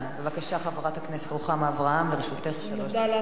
בבקשה, חברת הכנסת רוחמה אברהם, לרשותך שלוש דקות.